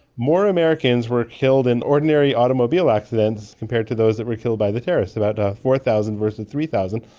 more americans were killed in ordinary automobile accidents compared to those that were killed by the terrorists, about four thousand versus three thousand.